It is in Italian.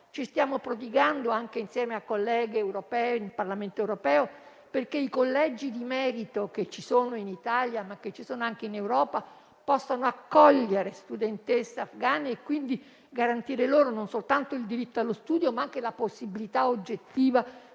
Ci stiamo prodigando - anche insieme a colleghe del Parlamento europeo - perché i collegi di merito presenti in Italia, ma anche in Europa, possano accogliere le studentesse afgane e, quindi, garantire loro non soltanto il diritto allo studio, ma anche la possibilità oggettiva